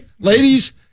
Ladies